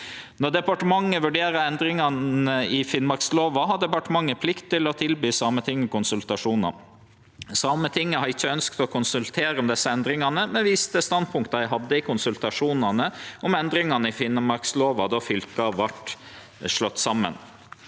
Når departementet vurderer endringane i Finnmarkslova, har departementet plikt til å tilby Sametinget konsultasjonar. Sametinget har ikkje ønskt å konsultere om desse endringane, men viser til standpunktet dei hadde i konsultasjonane om endringane i Finnmarkslova då fylka vart slegne saman.